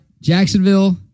jacksonville